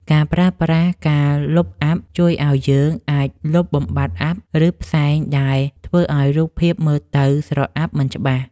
ការប្រើប្រាស់ ការលុបអ័ព្ទ ជួយឱ្យយើងអាចលុបបំបាត់អ័ព្ទ ឬផ្សែងដែលធ្វើឱ្យរូបភាពមើលទៅស្រអាប់មិនច្បាស់។